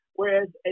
Whereas